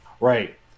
Right